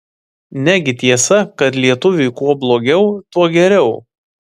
negi tiesa kad lietuviui kuo blogiau tuo geriau